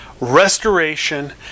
restoration